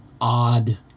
odd